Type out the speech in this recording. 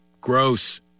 gross